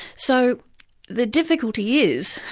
so the difficulty is,